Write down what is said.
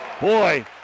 Boy